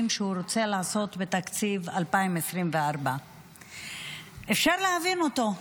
שהוא רוצה לעשות בתקציב 2024. אפשר להבין אותו,